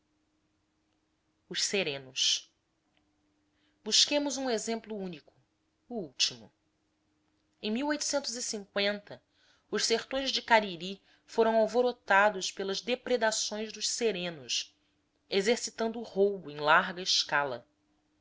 os serenos busquemos um exemplo único o último m os sertões de cariri foram alvorotados pelas depredações dos serenos exercitando o roubo em larga escala